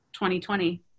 2020